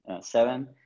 seven